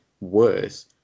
worse